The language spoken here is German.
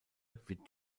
wird